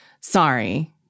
Sorry